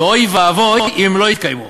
ואוי ואבוי אם הם לא יתקיימו.